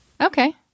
Okay